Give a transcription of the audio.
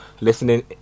listening